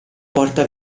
porta